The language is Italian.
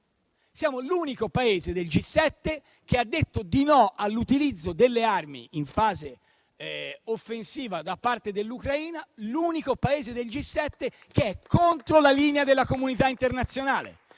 Siamo l'unico Paese del G7 che ha detto di no all'utilizzo delle armi in fase offensiva da parte dell'Ucraina; l'unico Paese del G7 che è contro la linea della comunità internazionale.